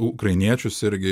ukrainiečius irgi